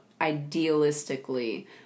idealistically